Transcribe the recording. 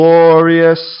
Glorious